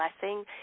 blessing